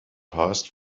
passed